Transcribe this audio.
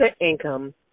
income